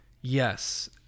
Yes